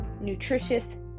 nutritious